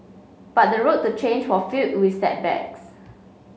but the road to change was filled with setbacks